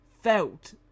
felt